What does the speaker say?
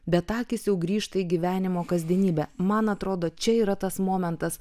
bet akys jau grįžta į gyvenimo kasdienybę man atrodo čia yra tas momentas